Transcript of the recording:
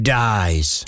dies